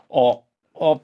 o o